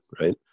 right